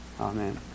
amen